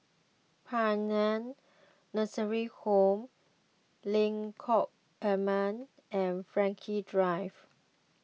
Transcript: Paean Nursing Home Lengkok Enam and Frankel Drive